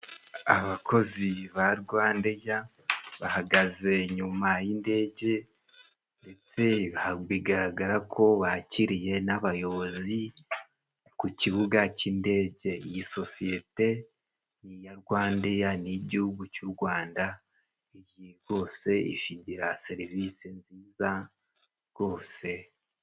Abakozi ba Rwandair bahagaze inyuma y'indege, ndetse bigaragara ko bakiriye n'abayobozi ku kibuga cy'indege. Iyi sosiyete ya Rwandair ni iy'igihugu cy'u Rwanda, iyi rwse igira serivisi nziza rwose.